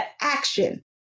action